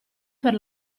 per